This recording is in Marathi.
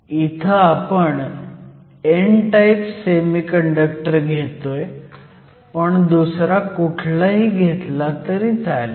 इथं आपण n टाईप सेमीकंडक्टर घेतोय पण दुसरा कुठलाही घेतला तरी चालेल